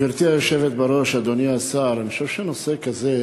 גברתי היושבת בראש, אדוני השר, אני חושב שנושא כזה